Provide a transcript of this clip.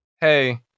hey